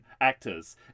actors